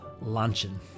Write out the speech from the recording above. luncheon